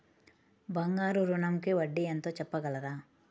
బంగారు ఋణంకి వడ్డీ ఎంతో చెప్పగలరా?